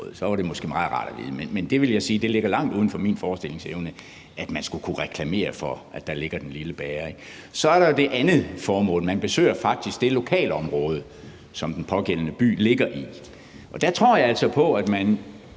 det ligger langt uden for min forestillingsevne, at man skulle kunne reklamere for, at dér ligger den lille bager. Så er der jo det andet formål. Man besøger faktisk det lokalområde, som den pågældende by ligger i. Og der tror jeg altså på, at man